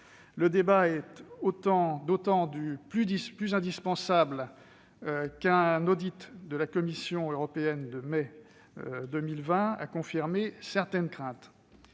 Le débat est d'autant plus indispensable qu'un audit de la Commission européenne de mai 2020 a confirmé certaines craintes